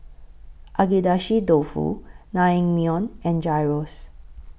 Agedashi Dofu Naengmyeon and Gyros